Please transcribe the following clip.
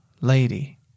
Lady